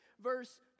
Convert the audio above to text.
verse